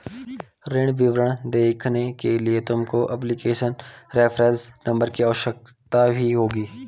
ऋण विवरण देखने के लिए तुमको एप्लीकेशन रेफरेंस नंबर की आवश्यकता भी होगी